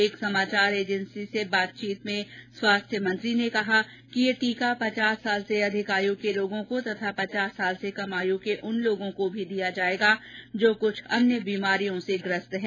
एक समाचार एजेंसी से बात करते हुए स्वास्थ्य मंत्री ने कहा कि यह टीका पचास वर्ष से अधिक आयू के लोगों को तथा पचास वर्ष से कम आयू के उन लोगों को भी दिया जाएगा जो कुछ अन्य बीमारियों से ग्रस्त हैं